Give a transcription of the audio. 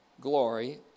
glory